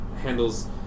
handles